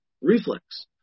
reflex